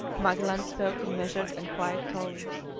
magellan spoke in measured and quiet tones